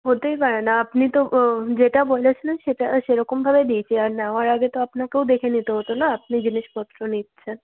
হতেই পারে না আপনি তো যেটা বলেছিলেন সেটা সেরকমভাবে দিয়েছি আর নেওয়ার আগে তো আপনাকেও দেখে নিতে হতো না আপনি জিনিসপত্র নিচ্ছেন